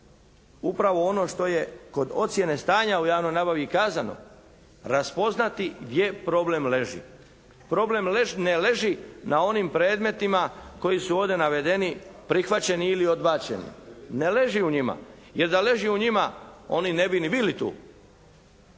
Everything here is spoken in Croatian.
upravo ono što je kod ocijene stanja u javnoj nabavi i kazano, raspoznati gdje problem leži. Problem ne leži na onim predmetima koji su ovdje navedeni, prihvaćeni ili odbačeni, ne leži u njima. Jer da leži u njima oni ne bi ni bili tu.